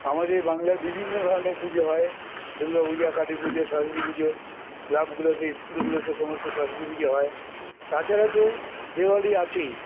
আমাদের বাংলায় বিভিন্ন ধরনের পুজো হয় দুর্গা পূজা কালী পুজো সরস্বতী পুজো ক্লাবগুলোতে স্কুলগুলোতে সমস্ত সরস্বতী পুজো হয় তাছাড়া তো দীপাবলি আছেই